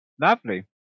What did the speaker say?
Lovely